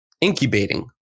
incubating